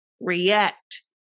react